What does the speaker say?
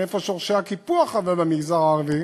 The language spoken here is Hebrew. מאיפה שורשי הקיפוח במגזר הערבי,